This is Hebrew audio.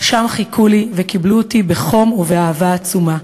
שם חיכו לי וקיבלו אותי בחום ובאהבה עצומה".